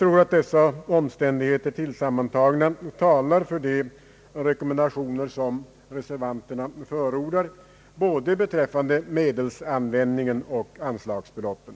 Dessa omständigheter sammantagna talar enligt min mening för de rekommendationer som reservanterna gör både beträffande medelsanvändningen och anslagsbeloppen.